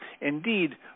Indeed